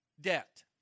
Debt